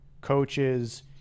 coaches